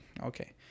okay